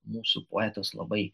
mūsų poetas labai